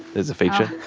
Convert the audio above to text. there's a feature?